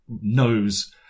knows